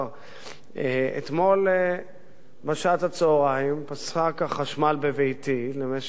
אתמול בשעת הצהריים פסק החשמל בביתי למשך שעה,